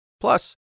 Plus